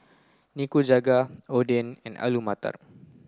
Nikujaga Oden and Alu Matar